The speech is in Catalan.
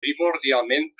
primordialment